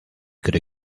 could